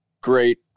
great